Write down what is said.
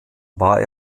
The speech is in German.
war